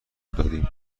دادیم